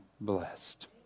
blessed